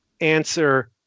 answer